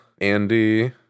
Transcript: Andy